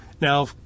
Now